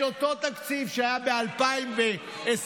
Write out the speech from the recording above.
אותו תקציב שהיה ב-2022,